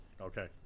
okay